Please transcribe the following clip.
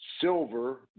silver